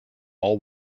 all